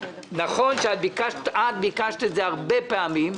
נכון, את ביקשת את זה הרבה פעמים,